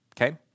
Okay